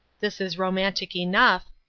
this is romantic enough,